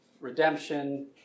redemption